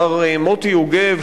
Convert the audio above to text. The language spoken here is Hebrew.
מר מוטי יוגב,